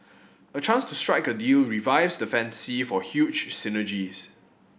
a chance to strike a deal revives the fantasy for huge synergies